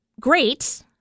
great